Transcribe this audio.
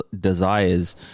desires